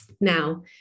now